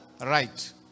right